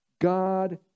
God